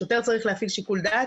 שוטר צריך להפעיל שיקול דעת,